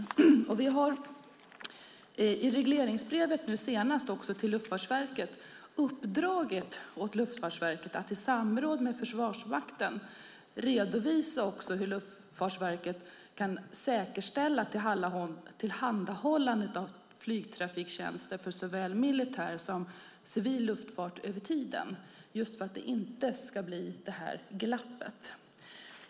Vi har nu senast i regleringsbrevet till Luftfartsverket uppdragit åt Luftfartsverket att i samråd med Försvarsmakten redovisa hur Luftfartsverket kan säkerställa tillhandahållandet av flygtrafiktjänster för såväl civil som militär luftfart över tiden för att det inte ska bli något glapp.